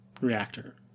reactor